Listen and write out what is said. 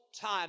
time